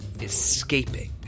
escaping